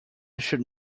should